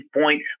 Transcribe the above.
point